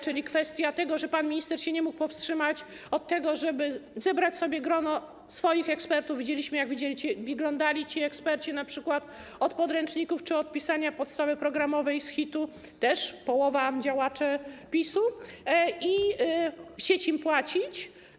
Chodzi o to, że pan minister nie mógł się powstrzymać od tego, żeby zebrać sobie grono swoich ekspertów - widzieliśmy jak wyglądali ci eksperci, np. od podręczników czy od pisania podstawy programowej z HIT-u, też połowa działaczy PiS-u - i chcieć im płacić.